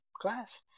class